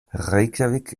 reykjavík